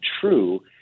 true